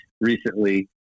recently